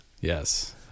Yes